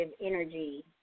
energy